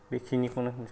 बेखिनिखौनो होनसै आं